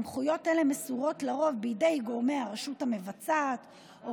סמכויות אלה מסורות לרוב בידי גורמי הרשות המבצעת או